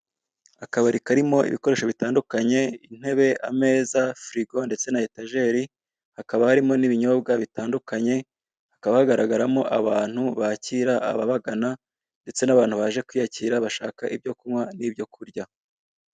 Akabari karimo ibikoresho bitandukanye, intebe, ameza, furigo ndetse na etajeri, hakaba harimo n'ibinyobwa bitandukanye, hakaba hagaragaramo abantu bakira ababagana ndetse n'abantu baje kwiyakira bashaka ibyo kunywa n'ibyo kurya.